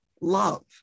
love